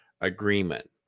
agreement